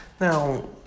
Now